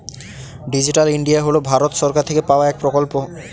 digital India হল ভারত সরকার থেকে পাওয়া এক প্রকল্প